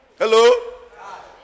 Hello